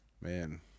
man